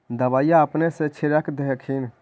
दबइया अपने से छीरक दे हखिन?